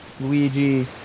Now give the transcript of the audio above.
Luigi